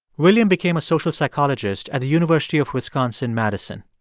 william became a social psychologist at the university of wisconsin-madison.